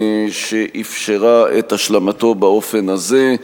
שאפשרה את השלמתו באופן הזה.